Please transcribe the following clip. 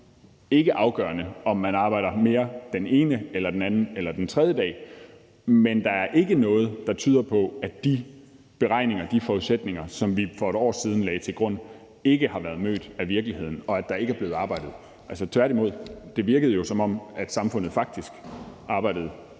ikke afgørende, om man arbejder mere den ene eller den anden eller den tredje dag. Men der er ikke noget, der tyder på, at de beregninger og de forudsætninger, som vi for et år siden lagde til grund, ikke har været mødt af virkeligheden, og at der ikke er blevet arbejdet – tværtimod. Det virkede jo, som om samfundet faktisk arbejdede